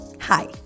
hi